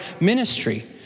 ministry